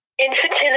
Infertility